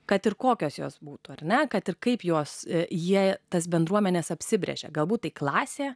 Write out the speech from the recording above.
kad ir kokios jos būtų ar ne kad ir kaip juos jie tas bendruomenes apsibrėžė galbūt klasė